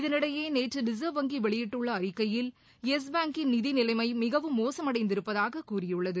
இதனிடையே நேற்று ரிசா்வ் வங்கி வெளியிட்டுள்ள அறிக்கையில் யெஸ் பாங்கின் நிதி நிலைமை மிகவும் மோசமடைந்திருப்பதாக கூறியுள்ளது